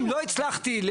לא, הפכתי את